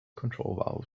control